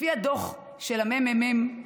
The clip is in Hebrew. לפי הדוח של הממ"מ,